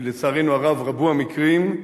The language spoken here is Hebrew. כי לצערנו הרב רבו המקרים.